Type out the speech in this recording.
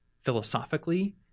philosophically